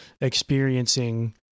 experiencing